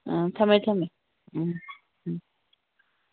ꯑꯥ ꯊꯝꯃꯦ ꯊꯝꯃꯦ ꯎꯝ ꯎꯝ